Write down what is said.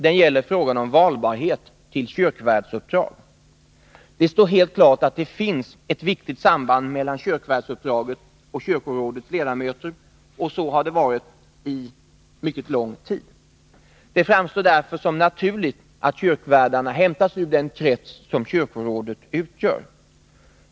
Den gäller frågan om valbarhet till kyrkvärdsuppdrag. Det står helt klart att det finns ett viktigt samband mellan kyrkvärdsuppdraget och kyrkorådets ledamöter. Så har det varit under mycket lång tid. Det framstår därför som naturligt att kyrkvärdarna hämtas ur den krets som kyrkorådet utgör.